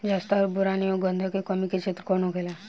जस्ता और बोरान एंव गंधक के कमी के क्षेत्र कौन होखेला?